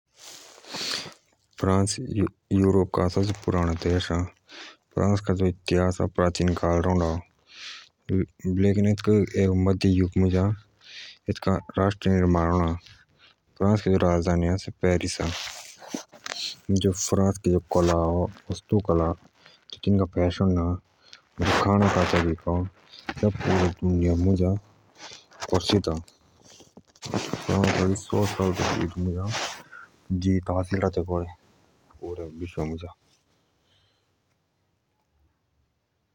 France Europe का सबसे पुराणा देश अ फ्रांस का इदेउडा एतुका निर्माण मध्य युग मुझ आता फ्रांस के जो राजधाने अ से पेरिस मुझ अ फ्रांस के जो कला अ वस्तु कला अ और जो खाणो के कला अ से पुरे दुनिया दे प्रसिद्ध अ आगे तिणे जीत हासिल राएते करे पूरे विश्व मुझ।